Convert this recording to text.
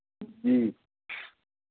जी